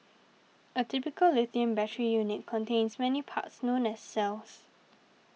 a typical lithium battery unit contains many parts known as cells